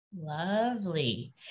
Lovely